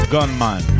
Gunman